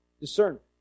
discernment